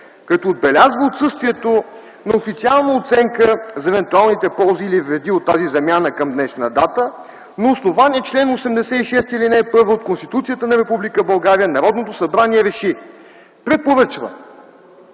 като отбелязва отсъствието на официална оценка за евентуалните ползи или вреди от тази замяна към днешна дата на основание чл. 86, ал. 1 от Конституцията на Република България Народното събрание РЕШИ: Препоръчва